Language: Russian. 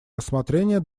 рассмотрения